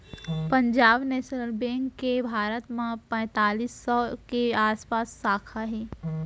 Punjab national bank के भारत म पैतालीस सौ के आसपास साखा हे